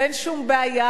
ואין שום בעיה,